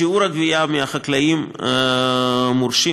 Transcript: שיעור הגבייה מהחקלאים מרשים,